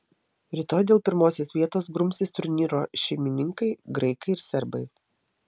rytoj dėl pirmosios vietos grumsis turnyro šeimininkai graikai ir serbai